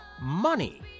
money